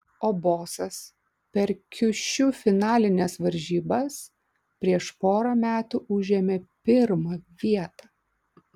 o bosas per kiušiu finalines varžybas prieš porą metų užėmė pirmą vietą